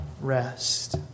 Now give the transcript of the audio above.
rest